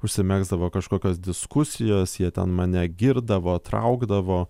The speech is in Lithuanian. užsimegzdavo kažkokios diskusijos jie ten mane girdavo traukdavo